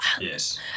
Yes